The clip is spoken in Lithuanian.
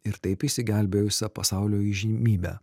ir taip išsigelbėjusią pasaulio įžymybę